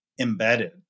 embedded